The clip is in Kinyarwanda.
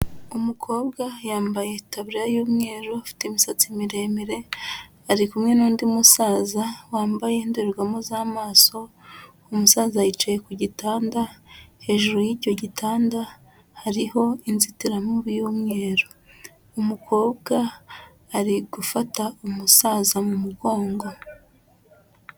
Umukobwa yambaye itaburiya y'umweru afite imisatsi miremire ari kumwe n'undi musaza wambaye indorerwamo z'amaso umusaza yicaye ku gitanda, hejuru y'icyo gitanda hariho inzitiramubu y'umweru umukobwa ari gufata umusaza mu mugongo.